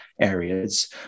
areas